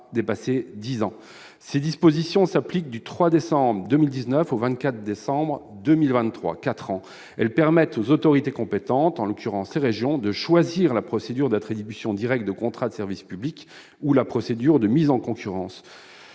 dépasser dix ans. Ces dispositions peuvent s'appliquer du 3 décembre 2019 au 24 décembre 2023, soit pendant quatre ans. Elles permettent aux autorités compétentes, en l'occurrence les régions, de choisir la procédure d'attribution directe de contrats de service public ou la procédure de mise en concurrence.